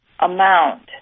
amount